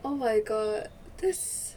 oh my god that's